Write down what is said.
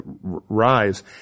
rise